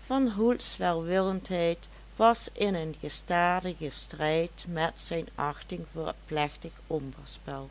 van hoels welwillendheid was in een gestadigen strijd met zijn achting voor het plechtig omberspel